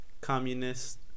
Communist